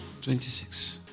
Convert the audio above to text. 26